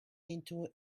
into